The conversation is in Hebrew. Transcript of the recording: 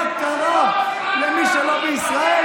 אתה יודע, אוסאמה, מה קרה למי שלא בישראל?